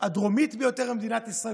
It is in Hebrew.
הדרומית ביותר למדינת ישראל,